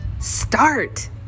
Start